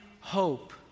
hope